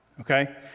Okay